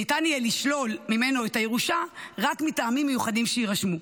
שניתן יהיה לשלול ממנו את הירושה רק מטעמים מיוחדים שיירשמו.